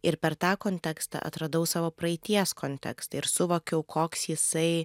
ir per tą kontekstą atradau savo praeities kontekstą ir suvokiau koks jisai